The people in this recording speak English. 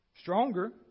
stronger